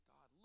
God